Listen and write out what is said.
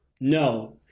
no